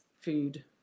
food